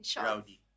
rowdy